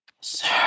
Sir